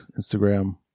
Instagram